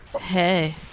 Hey